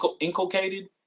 inculcated